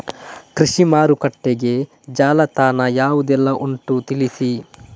ಕೃಷಿ ಮಾರುಕಟ್ಟೆಗೆ ಜಾಲತಾಣ ಯಾವುದೆಲ್ಲ ಉಂಟು ತಿಳಿಸಿ